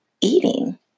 eating